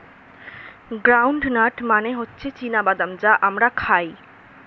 ground nut মানে হচ্ছে চীনা বাদাম যা আমরা খাই